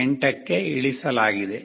8 ಕ್ಕೆ ಇಳಿಸಲಾಗಿದೆ